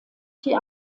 die